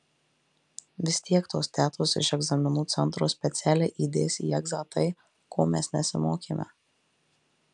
vis tiek tos tetos iš egzaminų centro specialiai įdės į egzą tai ko mes nesimokėme